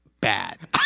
bad